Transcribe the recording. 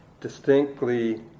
distinctly